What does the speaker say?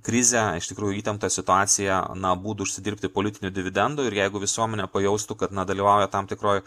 krizę iš tikrųjų įtempta situacija na būdų užsidirbti politinių dividendų ir jeigu visuomenė pajaustų kad na dalyvauja tam tikroj